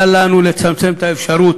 אל לנו לצמצם את האפשרות,